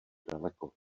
daleko